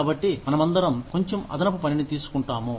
కాబట్టి మనమందరం కొంచెం అదనపు పనిని తీసుకుంటాము